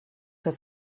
was